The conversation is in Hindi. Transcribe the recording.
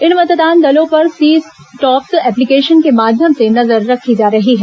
इन मतदान दलों पर सी टॉप्स एप्लीकेशन के माध्यम से नजर रखी जा रही है